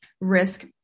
risk